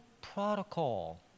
protocol